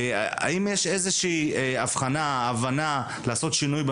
האם יש רצון לעשות שינוי?